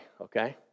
Okay